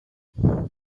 their